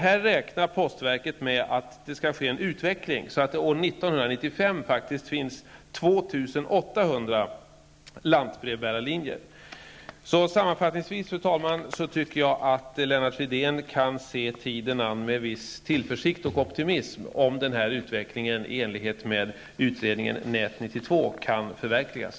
Här räknar postverket med att det skall ske en utveckling så att det år 1995 finns Sammanfattningsvis, fru talman, tycker jag att Lennart Fridén kan se tiden an med viss tillförsikt och optimism, om utvecklingen i enlighet med utredningen Nät 92, kan förverkligas.